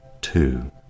two